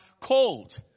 called